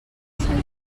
sant